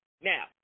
Now